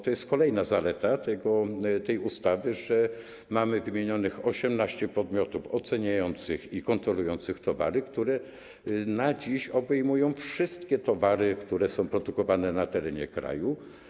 To jest kolejna zaleta tej ustawy, że mamy wymienionych 18 podmiotów oceniających i kontrolujących towary, które dziś obejmują wszystkie towary, które są produkowane na terenie kraju.